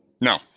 No